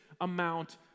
amount